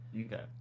Okay